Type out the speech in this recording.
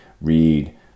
read